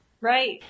Right